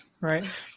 Right